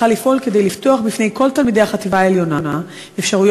בכוונתך לפעול כדי לפתוח בפני כל תלמידי החטיבה העליונה אפשרויות